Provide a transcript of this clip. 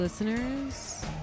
Listeners